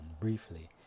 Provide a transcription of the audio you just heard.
briefly